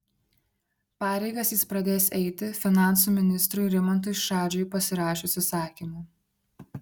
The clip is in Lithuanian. pareigas jis pradės eiti finansų ministrui rimantui šadžiui pasirašius įsakymą